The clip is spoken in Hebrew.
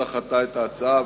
דחתה את ההצעה,